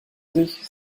sich